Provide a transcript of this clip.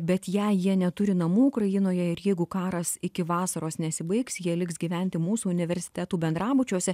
bet jei jie neturi namų ukrainoje ir jeigu karas iki vasaros nesibaigs jie liks gyventi mūsų universitetų bendrabučiuose